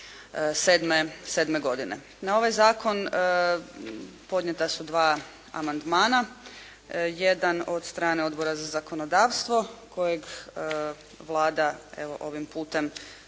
2007. godine. Na ovaj zakon podnijeta su dva amandmana. Jedan od strane Odbora za zakonodavstvo kojeg Vlada evo ovim putem,